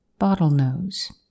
bottlenose